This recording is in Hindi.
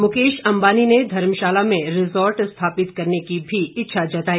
मुकेश अंबानी ने धर्मशाला में रिज़ॉर्ट स्थापित करने की भी इच्छा जताई